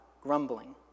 grumbling